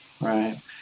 right